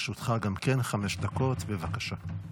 לרשותך גם כן חמש דקות, בבקשה.